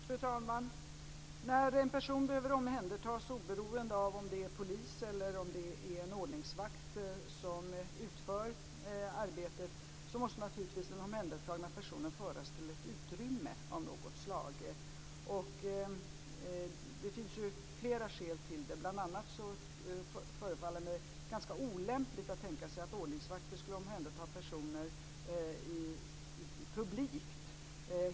Fru talman! När en person behöver omhändertas, oberoende av om det är polis eller om det är en ordningsvakt som utför arbetet, måste naturligtvis den omhändertagna personen föras till ett utrymme av något slag. Det finns flera skäl till det. Bl.a. förefaller det mig ganska olämpligt att ordningsvakter skulle omhänderta personer publikt.